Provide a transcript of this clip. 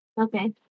Okay